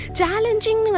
challenging